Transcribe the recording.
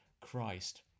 Christ